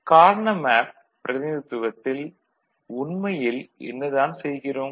Karnaugh map பிரதிநிதித்துவத்தில் உண்மையில் என்ன தான் செய்கிறோம்